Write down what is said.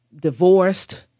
divorced